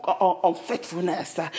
Unfaithfulness